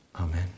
Amen